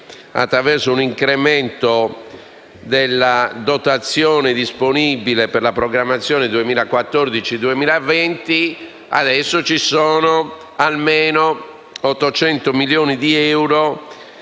attraverso un incremento della dotazione disponibile per la programmazione 2014-2020, adesso vi sono almeno 800 milioni di euro